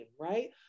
right